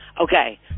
Okay